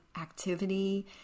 activity